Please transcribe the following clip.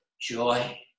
joy